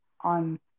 on